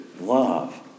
love